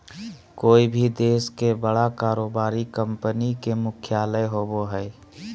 कोय भी देश के बड़ा कारोबारी कंपनी के मुख्यालय होबो हइ